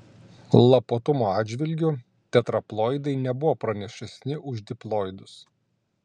lapuotumo atžvilgiu tetraploidai nebuvo pranašesni už diploidus